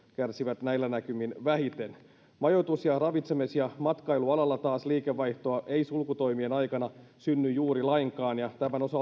kärsivät näillä näkymin vähiten majoitus ja ravitsemis ja matkailualalla taas liikevaihtoa ei sulkutoimien aikana synny juuri lainkaan ja tämän osaltahan on jo